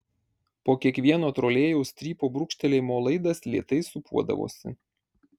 po kiekvieno trolėjaus strypo brūkštelėjimo laidas lėtai sūpuodavosi